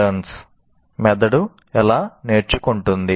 " "మెదడు ఎలా నేర్చుకుంటుంది